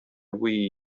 wii